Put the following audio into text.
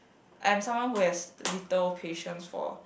I am someone who has little patience one